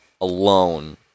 alone